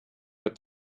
but